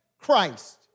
Christ